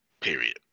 period